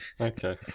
Okay